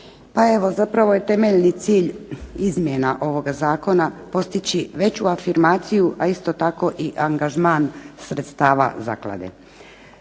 Pa evo zapravo je temeljni cilj izmjena ovoga zakona postići veću afirmaciju a isto tako i angažman sredstava zaklade.